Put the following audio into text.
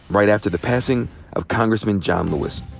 right after the passing of congressman john lewis.